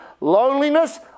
loneliness